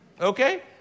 Okay